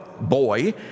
boy